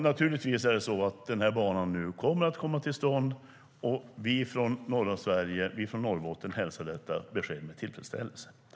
Naturligtvis kommer banan nu att komma till stånd. Vi från norra Sverige och vi från Norrbotten hälsar detta besked med tillfredsställelse.